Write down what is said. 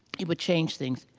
it would change things.